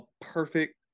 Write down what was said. perfect